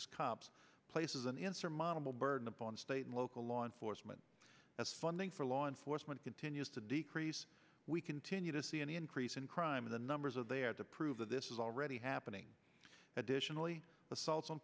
as cops places an insurmountable burden upon state and local law enforcement as funding for law enforcement continues to decrease we continue to see an increase in crime in the numbers are there to prove that this is already happening additionally assaults on